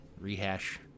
rehash